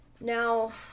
Now